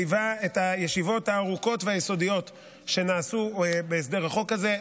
שליווה את הישיבות הארוכות והיסודיות שנעשו בהסדר החוק הזה.